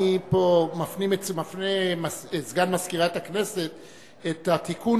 פה מפנה סגן מזכירת הכנסת לתיקון,